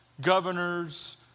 governors